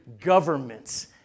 governments